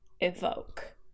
evoke